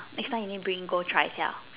next time you need bring me go try can or not